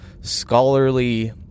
scholarly